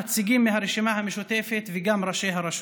נציגים מהרשימה המשותפת וגם מראשי הרשויות.